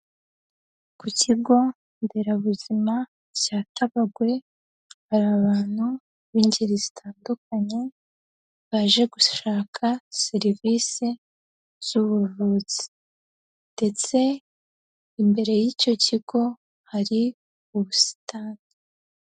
Ku kigo nderabuzima cya Tabagwe hari abantu b'ingeri zitandukanye baje gushaka serivise z'ubuvuzi ndetse imbere y'icyo kigo hari ubusitani.